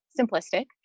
simplistic